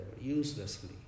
uselessly